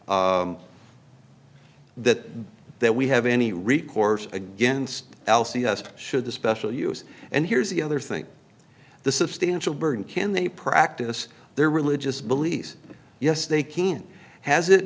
that that that we have any recourse against l c s should the special use and here's the other thing the substantial burden can they practice their religious beliefs yes they can has it